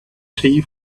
tea